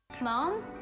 Mom